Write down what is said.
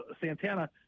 Santana